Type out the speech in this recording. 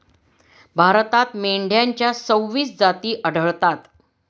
भारतात मेंढ्यांच्या सव्वीस जाती आढळतात